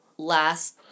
Last